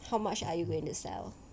how much are you going to sell